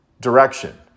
direction